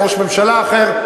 יהיה ראש ממשלה אחר,